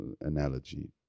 analogy